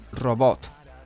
Robot